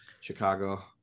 Chicago